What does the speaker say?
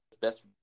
best